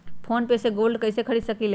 Phone पे से gold कईसे खरीद सकीले?